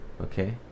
okay